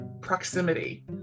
proximity